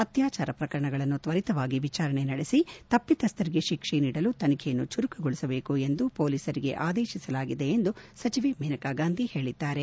ಅತ್ಲಾಚಾರ ಪ್ರಕರಣವನ್ನು ತ್ವರಿತವಾಗಿ ವಿಚಾರಣೆ ನಡೆಸಿ ತಪ್ಪಿತಸ್ಥರಿಗೆ ಶಿಕ್ಷೆ ನೀಡಲು ತನಿಖೆಯನ್ನು ಚುರುಕುಗೊಳಿಸಬೇಕು ಎಂದು ಪೊಲೀಸರಿಗೆ ಆದೇಶಿಸಲಾಗಿದೆ ಎಂದು ಸಚಿವೆ ಮೇನಕಾಗಾಂಧಿ ಹೇಳಿದ್ದಾರೆ